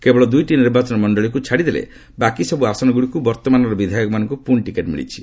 କେବଳ ଦୁଇଟି ନିର୍ବାଚନ ମଣ୍ଡଳୀକୁ ଛାଡ଼ି ଦେଲେ ବାକି ସବୁ ଆସନଗୁଡ଼ିକୁ ବର୍ତ୍ତମାନର ବିଧାୟକମାନଙ୍କୁ ପୁଣି ଟିକେଟ୍ ମିଳିଛି